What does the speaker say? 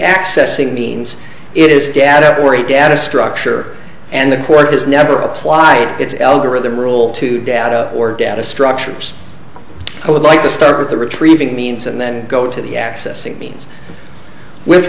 accessing means it is data or a data structure and the court has never applied its algorithm rule to data or data structures i would like to start with the retrieving means and then go to the access it means with